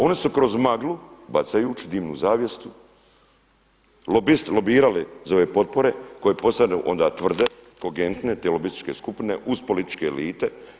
Oni su kroz maglu bacajući dimnu zavjesu lobisti lobirali za ove potpore koje postanu onda tvrde, kogentne, te lobističke skupine uz političke elite.